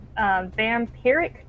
Vampiric